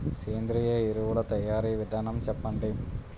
సేంద్రీయ ఎరువుల తయారీ విధానం చెప్పండి?